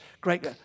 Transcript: Great